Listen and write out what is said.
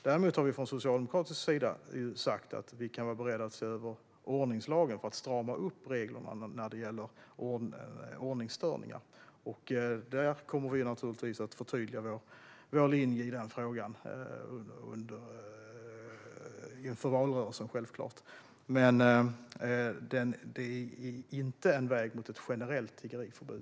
Däremot har vi från socialdemokratisk sida sagt att vi kan vara beredda att se över ordningslagen för att strama upp reglerna när det gäller ordningsstörningar, och vi kommer naturligtvis att förtydliga vår linje i den frågan inför valrörelsen. Men vi är inte beredda att gå en väg mot ett generellt tiggeriförbud.